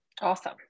Awesome